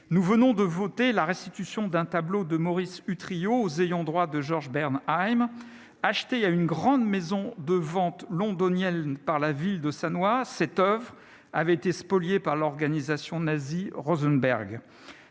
Nous venons de voter la restitution d'un tableau de Maurice Utrillo aux ayants droit de Georges Bernheim. Achetée à une grande maison de vente londonienne par la ville de Sannois, cette oeuvre avait été spoliée par l'organisation nazie Rosenberg.